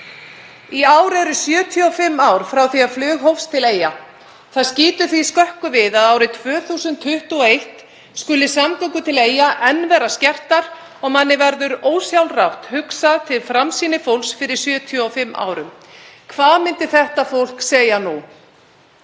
Í ár eru 75 ár frá því að flug hófst til Eyja. Það skýtur því skökku við að árið 2021 skuli samgöngur til Eyja enn vera skertar og manni verður ósjálfrátt hugsað til framsýni fólks fyrir 75 árum. Hvað myndi þetta fólk segja nú?